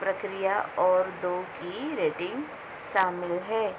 प्रक्रिया और दो की रेटिन्ग शामिल है